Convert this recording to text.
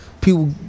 people